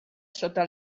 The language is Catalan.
sota